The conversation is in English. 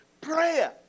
prayer